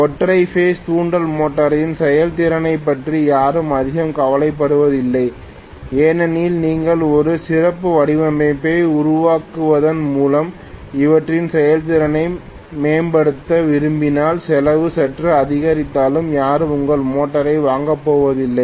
ஒற்றை பேஸ் தூண்டல் மோட்டரின் செயல்திறனைப் பற்றி யாரும் அதிகம் கவலைப்படுவதில்லை ஏனெனில் நீங்கள் ஒரு சிறந்த வடிவமைப்பை உருவாக்குவதன் மூலம் அவற்றின் செயல்திறனை மேம்படுத்த விரும்பினால் செலவு சற்று அதிகரித்தாலும் யாரும் உங்கள் மோட்டாரை வாங்கப் போவதில்லை